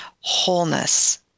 wholeness